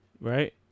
Right